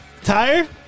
Tired